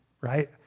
right